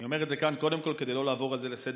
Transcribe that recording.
אני אומר את זה כאן קודם כול כדי לא לעבור על זה לסדר-היום,